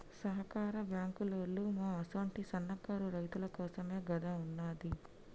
సహకార బాంకులోల్లు మా అసుంటి సన్నకారు రైతులకోసమేగదా ఉన్నది